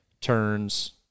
turns